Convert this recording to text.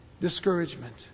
discouragement